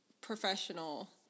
professional